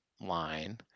line